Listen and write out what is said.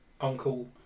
Uncle